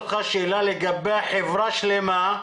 שאלה לגבי חברה שלמה,